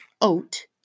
oat